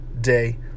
day